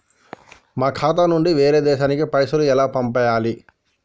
మా ఖాతా నుంచి వేరొక దేశానికి పైసలు ఎలా పంపియ్యాలి?